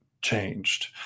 changed